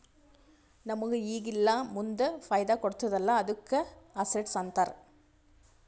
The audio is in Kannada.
ನಮುಗ್ ಈಗ ಇಲ್ಲಾ ಮುಂದ್ ಫೈದಾ ಕೊಡ್ತುದ್ ಅಲ್ಲಾ ಅದ್ದುಕ ಅಸೆಟ್ಸ್ ಅಂತಾರ್